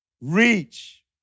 Reach